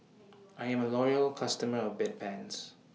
I'm A Loyal customer of Bedpans